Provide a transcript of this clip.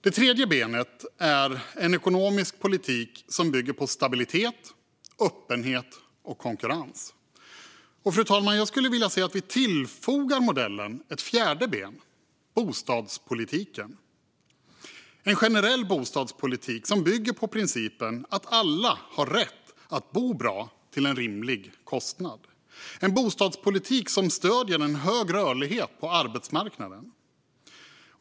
Det tredje benet är en ekonomisk politik som bygger på stabilitet, öppenhet och konkurrens. Fru talman! Jag skulle vilja se att vi tillfogar modellen ett fjärde ben, nämligen bostadspolitiken - en generell bostadspolitik som bygger på principen att alla har rätt att bo bra till en rimlig kostnad och som stöder en hög rörlighet på arbetsmarknaden.